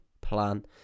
plan